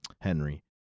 Henry